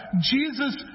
Jesus